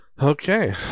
Okay